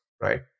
right